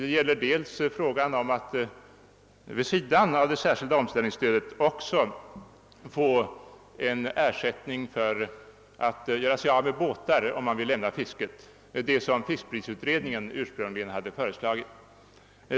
Det gäller bl.a. frågan om att vid sidan av det särskilda omställningsstödet även få ersättning för att kunna göra sig av med båtar om man vill lämna fisket, vilket fiskprisutredningen ursprungligen föreslagit.